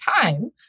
time